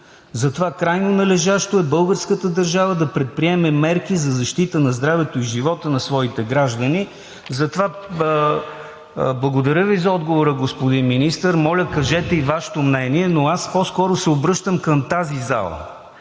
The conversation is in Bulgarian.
Затова крайно належащо е българската държава да предприеме мерки за защита на здравето и живота на своите граждани.“ Благодаря Ви за отговора, господин Министър. Моля, кажете и Вашето мнение, но по-скоро се обръщам към тази зала